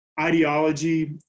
ideology